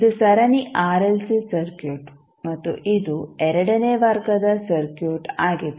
ಇದು ಸರಣಿ RLC circuit ಮತ್ತು ಇದು ಎರಡನೇ ವರ್ಗದ ಸರ್ಕ್ಯೂಟ್ ಆಗಿದೆ